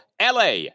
LA